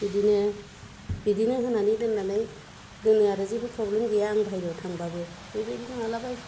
बिदिनो होनानै दोननानै दोनो आरो जेबो प्रब्लेम गैया आं बायहेरायाव थांब्लाबो बेबायदिनो माब्लाबा